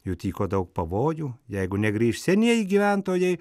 jų tyko daug pavojų jeigu negrįš senieji gyventojai